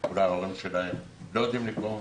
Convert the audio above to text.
אולי ההורים שלהם לא יודעים לקרוא,